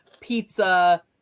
pizza